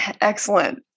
excellent